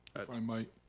i might.